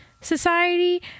society